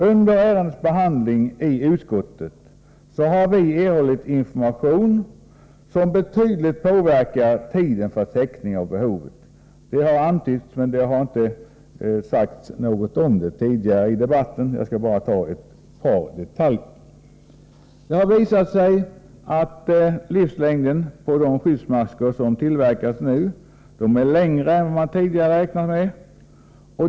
Under ärendets behandling i utskottet har vi erhållit information som betydligt påverkar tiden för täckning av behovet. Det har antytts, men det har inte sagts något om det tidigare i debatten. Det har visat sig att livslängden på de skyddsmasker som tillverkas nu är längre än man tidigare räknat med.